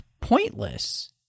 pointless